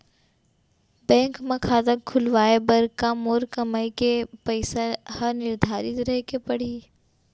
Bank म खाता खुलवाये बर का मोर कमाई के पइसा ह निर्धारित रहे के पड़ही?